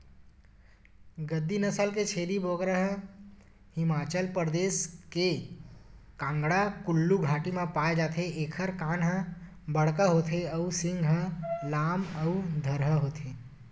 गद्दी नसल के छेरी बोकरा ह हिमाचल परदेस के कांगडा कुल्लू घाटी म पाए जाथे एखर कान ह बड़का होथे अउ सींग ह लाम अउ धरहा होथे